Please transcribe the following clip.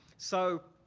so,